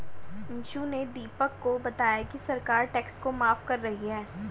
अंशु ने दीपक को बताया कि सरकार टैक्स को माफ कर रही है